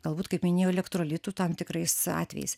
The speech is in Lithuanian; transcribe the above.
galbūt kaip minėjau elektrolitų tam tikrais atvejais